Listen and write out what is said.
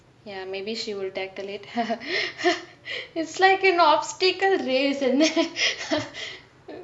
ya maybe she will tackle it it's like an obstacle race and then